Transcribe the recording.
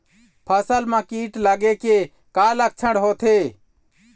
फसल म कीट लगे के का लक्षण होथे?